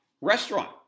restaurant